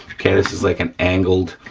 okay this is like an angled